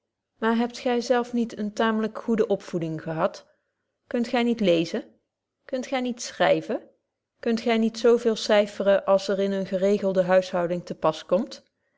maar hebt gy zelf niet eene taamlyk goede opvoeding gehadt kunt gy niet lezen kunt gy niet schryven kunt gy niet zo veel cyfferen als er in eene geregelde huishouding te pas komt